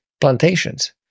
plantations